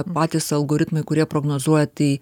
patys algoritmai kurie prognozuoja tai